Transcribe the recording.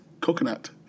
coconut